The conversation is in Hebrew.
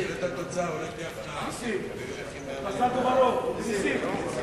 העירייה ומסי הממשלה (פטורין)